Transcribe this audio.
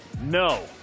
No